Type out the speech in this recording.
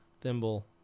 Thimble